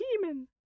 demon